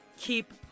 keep